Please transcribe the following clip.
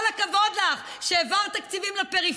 אתה צריך להיות הראשון שיגיד: כל הכבוד לך על שהעברת תקציבים לפריפריה,